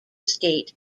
state